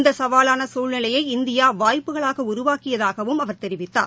இந்த சவாலான சூழ்நிலைய இந்தியா வாய்ப்புகளாக உருவாக்கியதாகவும் அவர் தெரிவித்தார்